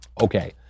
Okay